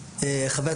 אף אחד לא מאיים.